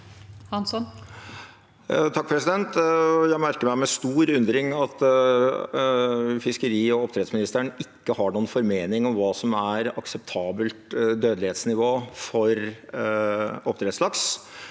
Jeg merker meg med stor undring at fiskeri- og oppdrettsministeren ikke har noen formening om hva som er akseptabelt dødelighetsnivå for oppdrettslaks.